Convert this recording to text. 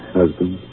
husband